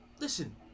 Listen